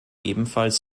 ebenfalls